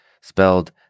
spelled